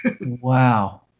wow